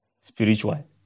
spiritual